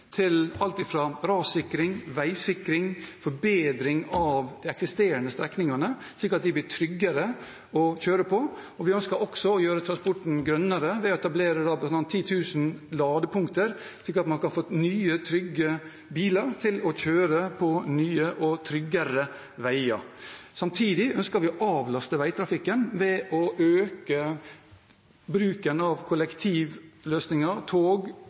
til alt fra rassikring, veisikring og forbedring av de eksisterende strekningene, slik at de blir tryggere å kjøre på. Vi ønsker også å gjøre transporten grønnere ved å etablere 10 000 ladepunkter, slik at man kan få nye, trygge biler til å kjøre på nye og tryggere veier. Samtidig ønsker vi å avlaste veitrafikken ved å øke bruken av kollektivløsninger, tog